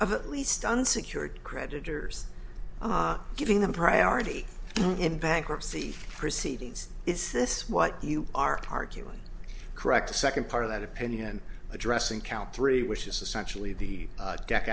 of it least unsecured creditors giving them priority in bankruptcy proceedings is this what you are arguing correct the second part of that opinion addressing count three which is essentially the deck